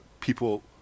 people